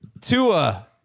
Tua